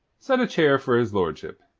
set a chair for his lordship.